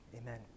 Amen